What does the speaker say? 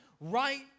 right